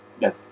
Yes